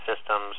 systems